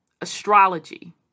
astrology